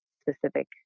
specific